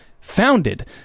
founded